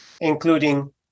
including